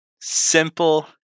simple